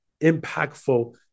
impactful